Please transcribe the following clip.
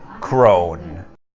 Crone